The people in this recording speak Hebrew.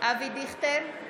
אבי דיכטר,